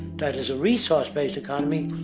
that is a resourced based economy,